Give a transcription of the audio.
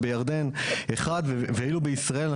בירדן - 1 ואילו בישראל,